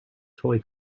toy